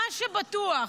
מה שבטוח,